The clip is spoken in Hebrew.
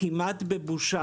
כמעט בבושה.